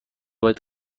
باید